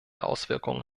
auswirkungen